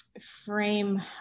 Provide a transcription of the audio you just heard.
frame